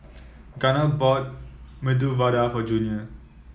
Gunner bought Medu Vada for Junior